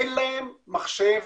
אין להם מחשב